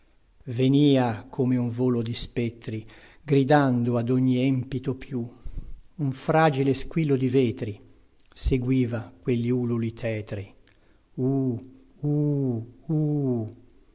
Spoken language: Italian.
venia come un volo di spetri gridando ad ogni émpito più un fragile squillo di vetri seguiva quelli ululi tetri uuh uuuh uuuh